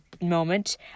moment